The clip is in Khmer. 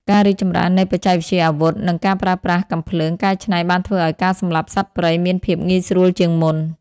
ការរីកចម្រើននៃបច្ចេកវិទ្យាអាវុធ និងការប្រើប្រាស់កាំភ្លើងកែច្នៃបានធ្វើឱ្យការសម្លាប់សត្វព្រៃមានភាពងាយស្រួលជាងមុន។